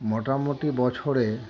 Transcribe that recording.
মোটামুটি বছরে